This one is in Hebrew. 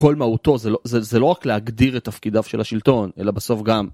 כל מהותו, זה לא רק להגדיר את תפקידיו של השלטון, אלא בסוף גם